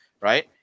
right